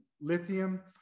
lithium